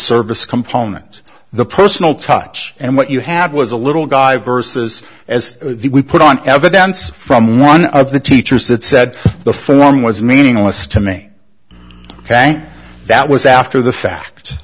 service component the personal touch and what you had was a little guy versus as the we put on evidence from one of the teachers that said the form was meaningless to me ok that was after the fact